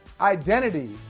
identity